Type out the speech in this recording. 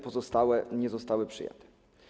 Pozostałe nie zostały przyjęte.